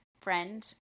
friend